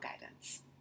guidance